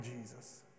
Jesus